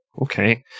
Okay